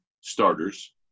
starters